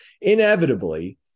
Inevitably